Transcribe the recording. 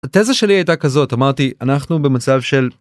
התזה שלי הייתה כזאת אמרתי אנחנו במצב של